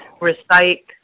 recite